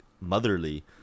motherly